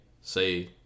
say